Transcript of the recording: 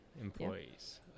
employees